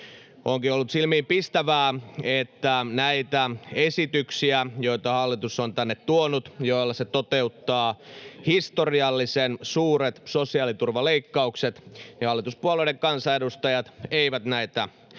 Onkin ollut silmiinpistävää, että näitä esityksiä, joita hallitus on tänne tuonut ja joilla se toteuttaa historiallisen suuret sosiaaliturvaleikkaukset, hallituspuolueiden kansanedustajat eivät